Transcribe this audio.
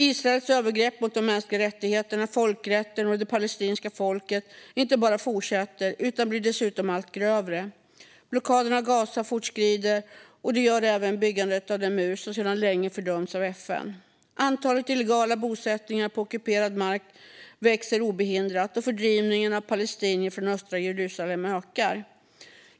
Israels övergrepp mot de mänskliga rättigheterna, folkrätten och det palestinska folket inte bara fortsätter utan blir dessutom allt grövre. Blockaden av Gaza fortsätter, och det gör även byggandet av den mur som sedan länge fördöms av FN. Antalet illegala bosättningar på ockuperad mark växer obehindrat, och fördrivningen av palestinier från östra Jerusalem ökar.